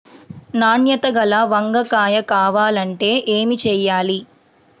నాణ్యత గల వంగ కాయ కావాలంటే ఏమి చెయ్యాలి?